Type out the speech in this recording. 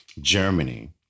Germany